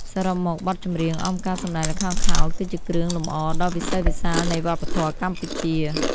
សរុបមក បទចម្រៀងអមការសម្ដែងល្ខោនខោល គឺជាគ្រឿងលម្អដ៏វិសេសវិសាលនៃវប្បធម៌កម្ពុជា។